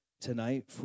tonight